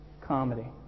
comedy